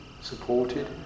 supported